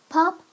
Pop